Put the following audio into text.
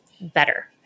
better